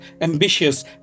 ambitious